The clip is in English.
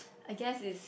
I guess it's